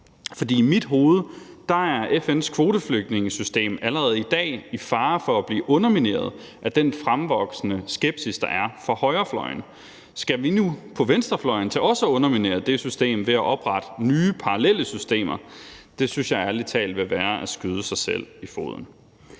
om? I mit hoved er FN's kvoteflygtningesystem allerede i dag i fare for at blive undermineret af den fremvoksende skepsis, der er på højrefløjen. Skal vi nu på venstrefløjen til også at underminere det system ved at oprette nye, parallelle systemer? Det synes jeg ærlig talt vil være at skyde sig selv i foden.